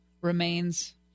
remains